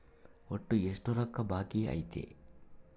ಒಟ್ಟು ಎಷ್ಟು ರೊಕ್ಕ ಬಾಕಿ ಐತಿ?